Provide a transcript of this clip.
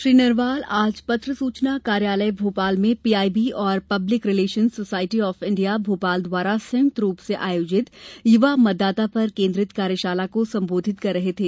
श्री नरवाल आज पत्र सूचना कार्यालय भोपाल में पीआईबी और public relations society of India Bhopal द्वारा संयुक्त रूप से आयोजित युवा मतदाता पर केन्द्रित कार्यशाला को सम्बोधित कर रहे थे